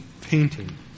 painting